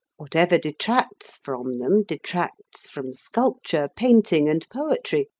whatever detracts from them detracts from sculpture, painting, and poetry,